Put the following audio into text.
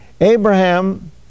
Abraham